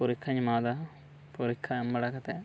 ᱯᱚᱨᱤᱠᱷᱟᱧ ᱮᱢᱟᱣᱫᱟ ᱯᱚᱨᱤᱠᱷᱟ ᱮᱢ ᱵᱟᱲᱟ ᱠᱟᱛᱮᱫ